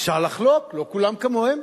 אפשר לחלוק, לא כולם כמוהם.